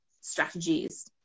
strategies